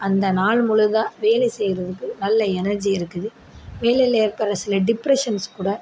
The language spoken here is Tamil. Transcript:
அந்த நாள் முழுதாக வேலை செய்ததுக்கு நல்ல எனர்ஜி இருக்குது வேலையில் ஏற்படுகிற சில டிப்ரஷன்ஸ் கூட